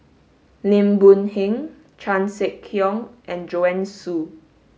Lim Boon Heng Chan Sek Keong and Joanne Soo